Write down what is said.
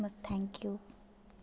thank you